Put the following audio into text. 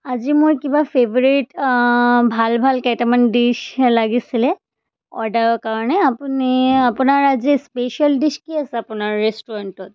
আজি মোৰ কিবা ফেভাৰট ভাল ভাল কেইটামান ডিছ লাগিছিলে অৰ্ডাৰৰ কাৰণে আপুনি আপোনাৰ আজি স্পেচিয়েল ডিছ কি আছে আপোনাৰ ৰেষ্টুৰেণ্টত